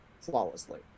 flawlessly